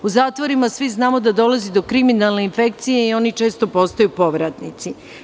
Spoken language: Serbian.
U zatvorima svi znamo da dolazi do kriminalne infekcije i oni često postaju povratnici.